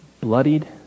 bloodied